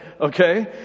okay